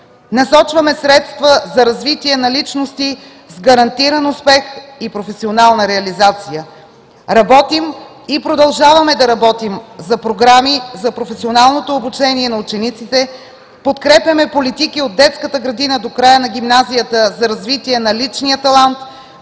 Насочваме средства за развитие на личности с гарантиран успех и професионална реализация. Работим и продължаваме да работим за програми за професионалното обучение на учениците. Подкрепяме политики от детската градина до края на гимназията за развие на личния талант.